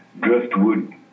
driftwood